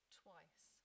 twice